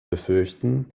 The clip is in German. befürchten